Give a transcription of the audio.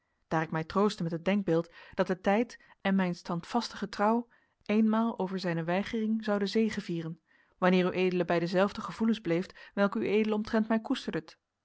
daar ik mij troostte met het denkbeeld dat de tijd en mijn standvastige trouw eenmaal over zijne weigering zouden zegevieren wanneer ued bij dezelfde gevoelens bleeft welke ued omtrent mij koesterdet